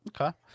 okay